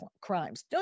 crimes